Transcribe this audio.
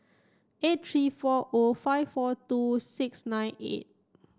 eight three four O five four two six nine eight